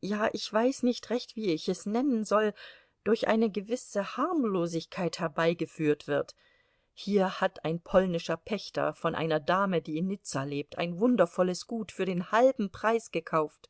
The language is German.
ja ich weiß nicht recht wie ich es nennen soll durch eine gewisse harmlosigkeit herbeigeführt wird hier hat ein polnischer pächter von einer dame die in nizza lebt ein wundervolles gut für den halben preis gekauft